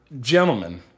Gentlemen